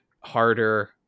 harder